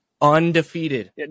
Undefeated